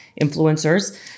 influencers